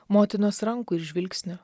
motinos rankų ir žvilgsnio